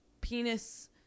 penis